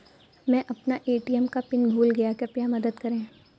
मै अपना ए.टी.एम का पिन भूल गया कृपया मदद करें